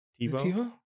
TiVo